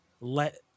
let